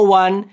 one